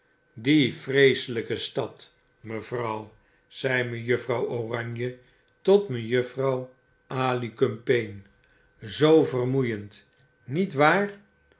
die vreeseltjke stad mevrouw zei mejuffrouw oranje tot mejuffrouw alicumpaine zoo vermoeiend niet waar